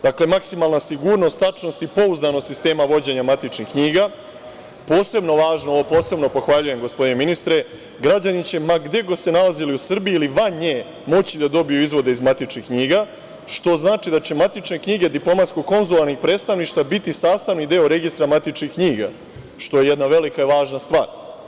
Dakle, maksimalna sigurnost, tačnost i pouzdanost sistema vođenja matičnih knjiga, posebno važno, posebno pohvaljujem gospodine ministre, građani će ma gde god se nalazili u Srbiji ili van nje moći da dobiju izvode iz matičnih knjiga, što znači da će matične knjige diplomatsko-konzularnih predstavništva biti sastavni deo registra matičnih knjiga, što je jedna velika važna stvar.